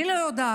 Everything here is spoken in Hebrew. אני לא יודעת